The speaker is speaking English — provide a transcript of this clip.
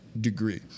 degree